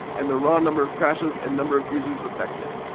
and the raw number of crashes and number of users affected.